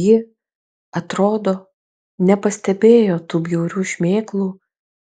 ji atrodo nepastebėjo tų bjaurių šmėklų